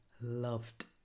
loved